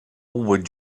would